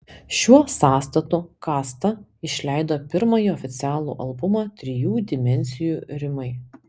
šiuo sąstatu kasta išleido pirmąjį oficialų albumą trijų dimensijų rimai